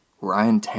Ryan